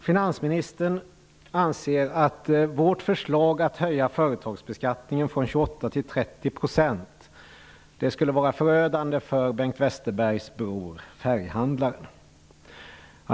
Finansministern anser att vårt förslag att höja företagsbeskattningen från 28 % till 30 % skulle vara förödande för Bengt Westerbergs bror färghandlaren.